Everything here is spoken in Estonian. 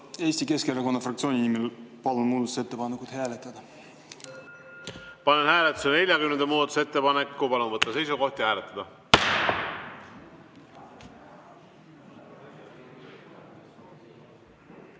Eesti Keskerakonna fraktsiooni nimel palun muudatusettepanekut hääletada. Panen hääletusele 47. muudatusettepaneku. Palun võtta seisukoht ja hääletada!